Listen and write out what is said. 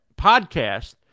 podcast